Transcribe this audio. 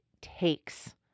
takes